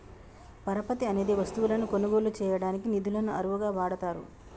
పరపతి అనేది వస్తువులను కొనుగోలు చేయడానికి నిధులను అరువుగా వాడతారు